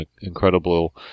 incredible